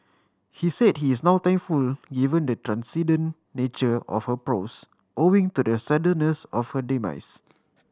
he said he is now thankful given the transcendent nature of her prose owing to the suddenness of her demise